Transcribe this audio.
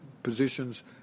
positions